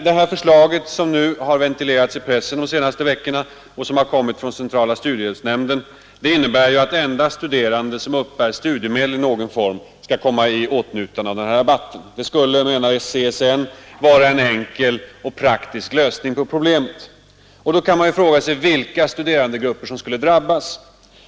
Det förslag från centrala studiehjälpsnämnden som de senaste veckorna har ventilerats i pressen innebär att endast studerande som uppbär studiemedel i någon form skall komma i åtnjutande av rabatten. Det skulle, menar CSN, vara en enkel och praktisk lösning på problemet. Vilka studerandegrupper skulle då drabbas?